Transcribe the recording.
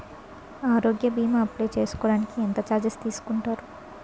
ఆరోగ్య భీమా అప్లయ్ చేసుకోడానికి ఎంత చార్జెస్ తీసుకుంటారు?